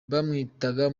bamwitaga